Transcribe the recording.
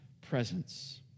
presence